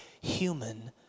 human